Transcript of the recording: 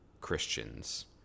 Christians